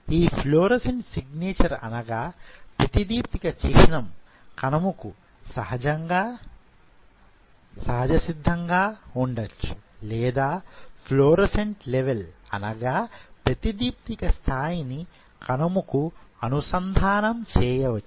ఈ fluorescent signature అనగా ప్రతిదీప్తిక చిహ్నం కణముకు సహజ సిద్ధముగా ఉండొచ్చు లేదా ఫ్లోరోసెంట్ లెవెల్ అనగా ప్రతిదీప్తిక స్థాయిని కణముకు అనుసంధానం చేయవచ్చు